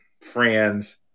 friends